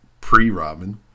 Pre-Robin